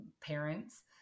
parents